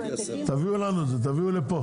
תביאו לפה